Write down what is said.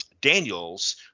Daniels –